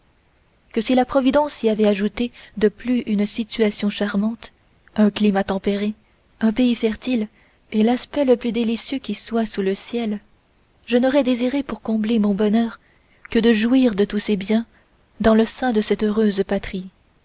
que si la providence y avait ajouté de plus une situation charmante un climat tempéré un pays fertile et l'aspect le plus délicieux qui soit sous le ciel je n'aurais désiré pour combler mon bonheur que de jouir de tous ces biens dans le sein de cette heureuse patrie